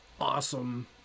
Awesome